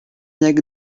jak